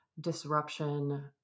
disruption